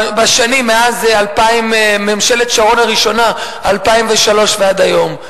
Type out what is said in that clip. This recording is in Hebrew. מאז ממשלת שרון הראשונה ב-2003 ועד היום.